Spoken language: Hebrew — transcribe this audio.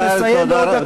תודה רבה.